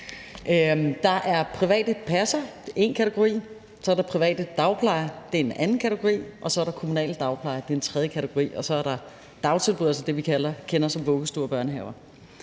Der er private passere, det er en kategori, så er der private dagplejere, det er en anden kategori, og så er der kommunal dagpleje, det er en tredje kategori, og så er der dagtilbud, altså det, vi kender som vuggestuer og børnehaver,